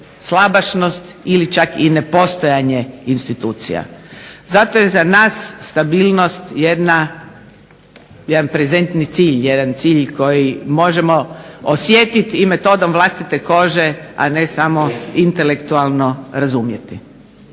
slabašnost ili čak i nepostojanje institucija. Zato je za nas stabilnost jedan prezentni cilj jedan cilj koji možemo osjetiti i metodom vlastite kože, a ne samo intelektualno razumjeti.